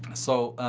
so,